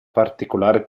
particolare